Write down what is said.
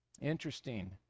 Interesting